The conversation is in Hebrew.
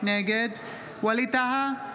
נגד ווליד טאהא,